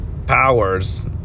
Powers